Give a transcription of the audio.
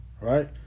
right